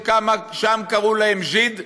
ששם קראו להם "ז'יד"